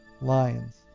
lions